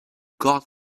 got